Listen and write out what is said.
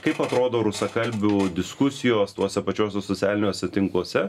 kaip atrodo rusakalbių diskusijos tuose pačiuose socialiniuose tinkluose